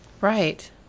Right